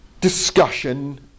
discussion